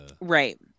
Right